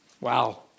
Wow